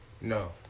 No